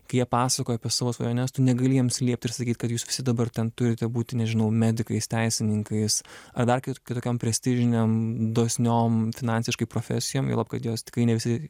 kai jie pasakoja apie savo svajones tu negali jiems liept ir sakyti kad jūs visi dabar ten turite būti nežinau medikais teisininkais ar dar kad tokiom prestižinėm dosniom finansiškai profesijom juolab kad jos tikrai ne visi